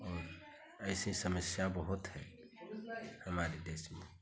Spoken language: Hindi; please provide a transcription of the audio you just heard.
और ऐसी समस्या बहुत हैं हमारे देश में